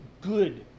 good